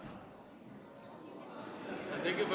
הנגב,